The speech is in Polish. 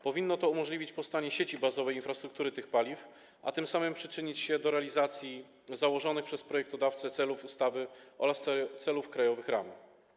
Powinno to umożliwić powstanie sieci bazowej infrastruktury tych paliw, a tym samym przyczynić się do realizacji założonych przez projektodawcę celów ustawy oraz celów krajowych ram.